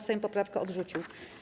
Sejm poprawkę odrzucił.